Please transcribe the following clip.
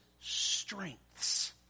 strengths